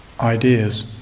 ideas